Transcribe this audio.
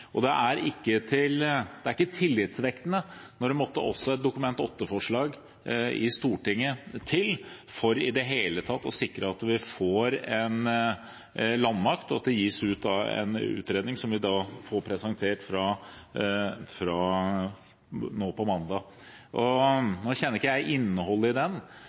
Norge. Det er ikke tillitvekkende når det måtte til et Dokument 8-forslag i Stortinget for i det hele tatt å sikre at vi får en landmakt, og det gis ut en utredning som vi får presentert på mandag. Nå kjenner ikke jeg innholdet i den,